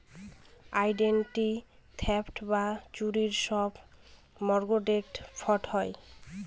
identity theft বা চুরির সব মর্টগেজ ফ্রড হয়